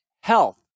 health